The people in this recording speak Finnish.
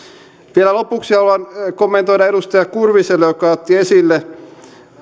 vielä lopuksi haluan kommentoida edustaja kurviselle joka otti esille